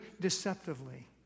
deceptively